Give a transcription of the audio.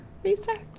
Research